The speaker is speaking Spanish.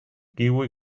kiwi